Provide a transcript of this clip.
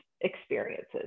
experiences